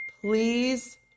Please